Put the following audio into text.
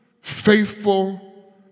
faithful